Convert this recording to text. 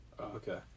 okay